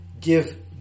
give